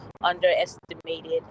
underestimated